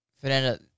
Fernanda